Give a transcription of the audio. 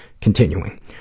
Continuing